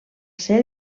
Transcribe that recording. ser